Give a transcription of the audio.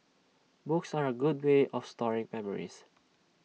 books are A good way of storing memories